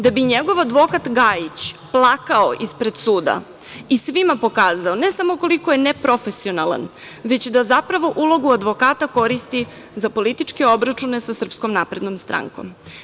Da bi njegov advokat Gajić plakao ispred suda i svima pokazao, ne samo koliko je neprofesionalan, već da zapravo ulogu advokata koristi za političke obračune sa SNS.